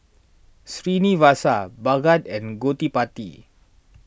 Srinivasa Bhagat and Gottipati